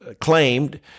claimed